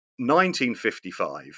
1955